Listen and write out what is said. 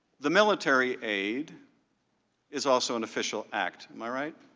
the military aid is also an official ax, am i right?